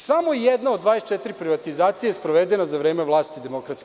Samo jedna od 24 privatizacije je sprovedena za vreme vlasti DS.